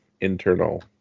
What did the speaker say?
internal